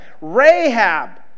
Rahab